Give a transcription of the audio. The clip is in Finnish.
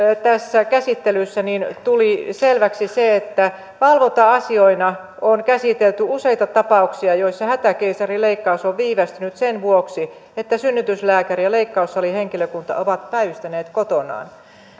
käsittelyssä tuli selväksi se että valvonta asioina on käsitelty useita tapauksia joissa hätäkeisarileikkaus on viivästynyt sen vuoksi että synnytyslääkäri ja leikkaussalihenkilökunta ovat päivystäneet kotonaan